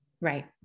Right